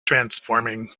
transforming